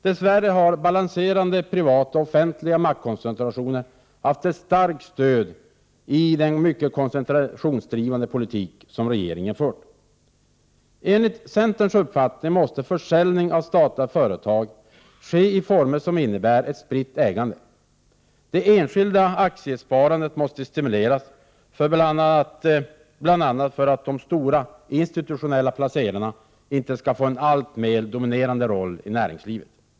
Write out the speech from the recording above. Dess värre har balanserande privata och offentliga maktkoncentrationer haft ett starkt stöd i den mycket koncentrationsdrivande politik som regeringen fört. Enligt centerns uppfattning måste försäljning av statliga företag ske i former som innebär ett spritt ägande. Det enskilda aktiesparandet måste stimuleras bl.a. för att de stora institutionella placerarna inte skall få en alltmer dominerande roll i näringslivet.